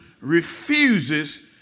refuses